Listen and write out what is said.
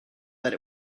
that